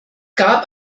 gab